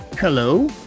hello